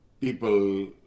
people